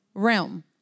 realm